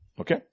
Okay